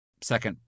second